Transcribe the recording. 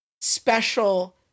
special